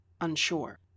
unsure